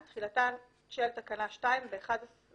לאחר